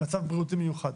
מצב בריאותי מיוחד.